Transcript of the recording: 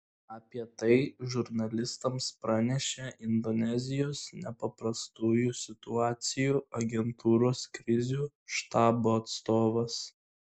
apie tai žurnalistams pranešė indonezijos nepaprastųjų situacijų agentūros krizių štabo atstovas